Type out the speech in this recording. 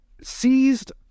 seized